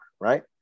right